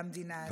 תודה רבה.